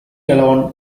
alone